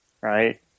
Right